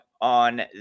on